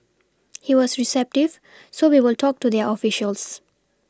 he was receptive so we will talk to their officials